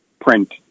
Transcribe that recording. print